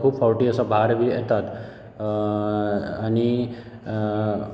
खूब फावटी असो भार बी येतात आनी